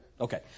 Okay